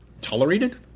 Tolerated